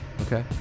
Okay